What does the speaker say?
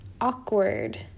Awkward